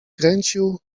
kręcił